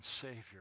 Savior